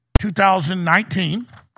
2019